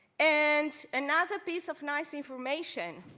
and another piece of nice information.